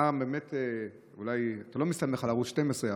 אתה לא מסתמך על ערוץ 12,